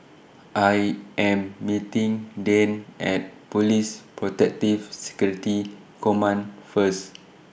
I Am meeting Dayne At Police Protective Security Command First